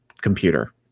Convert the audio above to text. computer